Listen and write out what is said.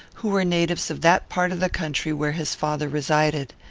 who were natives of that part of the country where his father resided.